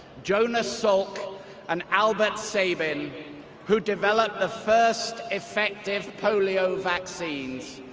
jonas salk and albert sabin who developed the first effective polio vaccines.